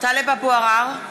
טלב אבו עראר,